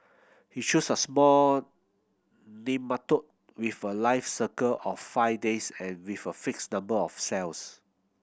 he chose a small nematode with a life cycle of five days and with a fixed number of cells